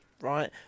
right